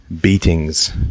beatings